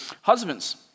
husbands